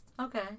okay